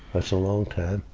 that's a long time.